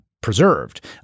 preserved